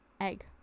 egg